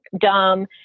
dumb